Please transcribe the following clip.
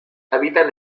habitan